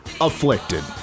afflicted